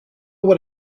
what